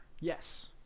Yes